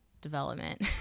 development